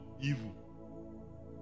evil